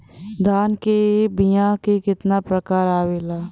धान क बीया क कितना प्रकार आवेला?